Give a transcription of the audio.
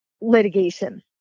litigation